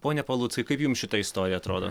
pone paluckai kaip jums šita istorija atrodo